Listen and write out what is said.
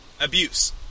abuse